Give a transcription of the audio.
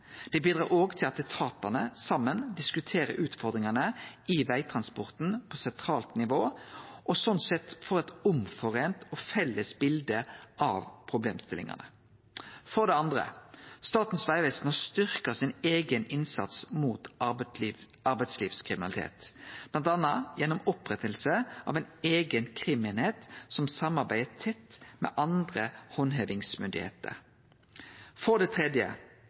Det bidrar òg til at etatane saman diskuterer utfordringane i vegtransporten på sentralt nivå og slik sett får eit felles bilde av problemstillingane. For det andre: Statens vegvesen har styrkt sin eigen innsats mot arbeidslivskriminalitet bl.a. gjennom opprettinga av ei eiga krimeining som samarbeider tett med andre handhevingsmyndigheiter. For det tredje: